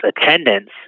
attendance